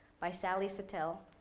by sally satel,